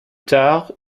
tard